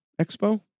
Expo